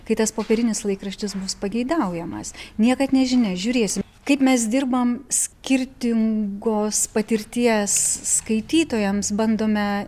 kai tas popierinis laikraštis bus pageidaujamas niekad nežinia žiūrėsim kaip mes dirbam skirtingos patirties skaitytojams bandome